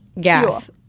gas